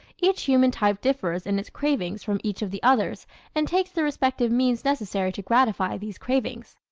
each human type differs in its cravings from each of the others and takes the respective means necessary to gratify these cravings.